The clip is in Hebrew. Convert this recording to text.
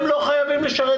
הם לא חייבים לשרת,